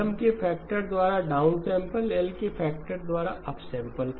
M के factor द्वारा downsample L के फैक्टर द्वारा अपसैंपल